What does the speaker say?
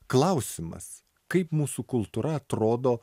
klausimas kaip mūsų kultūra atrodo